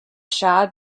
shah